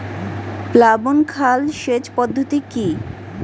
প্লাবন খাল সেচ পদ্ধতি কি?